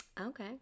Okay